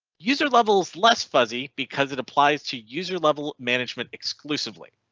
user levels less fuzzy because it applies to user level management exclusively.